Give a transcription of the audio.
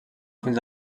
fins